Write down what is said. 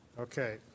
Okay